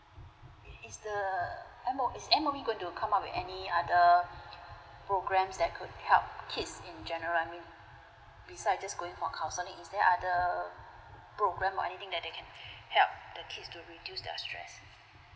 is is the M_O is M_O_E going to come up with any other programs that could help kids in general I mean besides just going for counselling is there other program or anything that can help the kids to reduce their stress